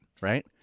right